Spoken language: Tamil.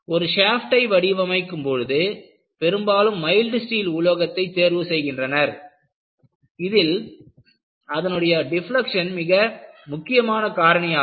ஒரு ஷாப்ட்டை வடிவமைக்கும் பொழுது பெரும்பாலும் மைல்டு ஸ்டீல் உலோகத்தை தேர்வு செய்கின்றனர் இதில் அதனுடைய டிப்லக்க்ஷன் மிக முக்கியமான காரணியாகும்